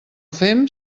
fem